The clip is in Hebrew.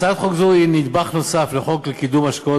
הצעת חוק זו היא נדבך נוסף לחוק לקידום השקעות